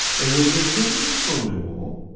and when they came back from the war,